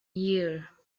year